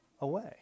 away